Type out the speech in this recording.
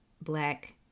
black